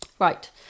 Right